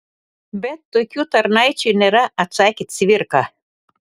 bet tokių tarnaičių nėra atsakė cvirka